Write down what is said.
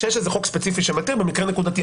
כשיש איזה חוק ספציפי שמתיר במקרה נקודתי,